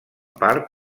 part